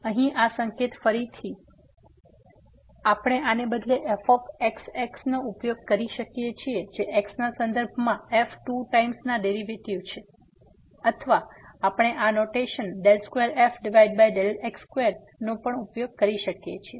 તેથી અહીં આ સંકેત ફરીથી તેથી આપણે આને બદલે આપણે fxx નો પણ ઉપયોગ કરીએ છીએ જે x ના સંદર્ભમાં f ટુ ટાઈમ્સ ના ડેરિવેટિવ છે અથવા આપણે આ નોટેશન 2fx2 નો પણ ઉપયોગ કરીએ છીએ